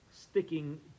sticking